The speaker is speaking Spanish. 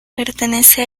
pertenece